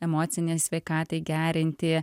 emocinės sveikatai gerinti